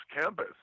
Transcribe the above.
campus